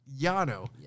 Yano